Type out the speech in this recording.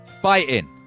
fighting